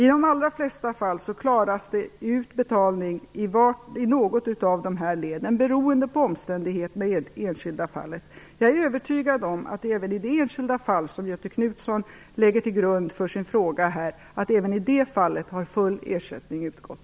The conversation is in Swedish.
I de allra flesta fall klaras betalningen med hjälp av någon av dessa led. Men det beror på omständigheterna i det enskilda fallet. Jag är övertygad om att även i det enskilda fall som Göthe Knutson lägger till grund för sin fråga här har full ersättning utgått.